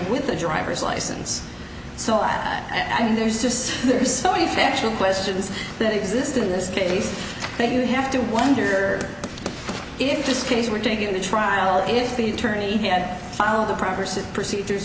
with the driver's license so i mean there's just there's so many factual questions that exist in this case that you have to wonder if this case were taking the trial if the attorney had filed the proper suit procedures